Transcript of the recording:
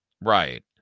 Right